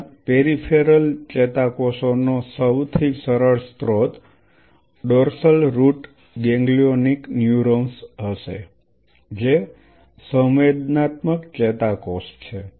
તમારા પેરિફેરલ ચેતાકોષનો સૌથી સરળ સ્ત્રોત ડોર્સલ રુટ ગેંગલિઓનિક ન્યુરોન્સ હશે જે સંવેદનાત્મક ચેતાકોષ છે